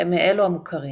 מאלו המוכרים.